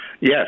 Yes